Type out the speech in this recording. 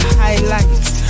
highlights